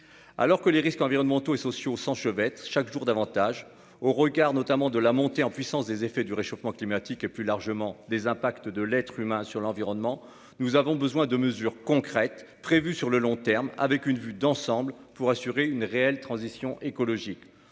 Alors que les risques environnementaux et sociaux s'enchevêtrent chaque jour davantage, compte tenu de la montée en puissance des effets du réchauffement climatique et, plus largement, des impacts de l'être humain sur l'environnement, nous avons besoin de mesures concrètes, prévues sur le long terme, prises dans une vue d'ensemble, pour assurer une réelle transition écologique.